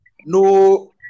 no